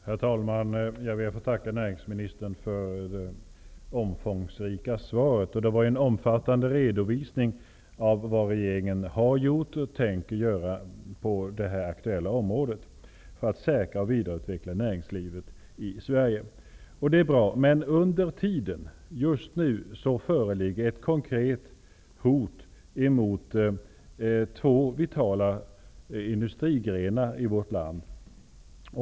Herr talman! Jag ber att få tacka näringsministern för det omfångsrika svaret. Det var en omfattande redovisning av vad regeringen har gjort och tänker göra på det aktuella området för att säkra och vidareutveckla näringslivet i Sverige. Det är bra. Men under tiden, just nu, föreligger ett konkret hot mot två vitala industrigrenar i vårt land.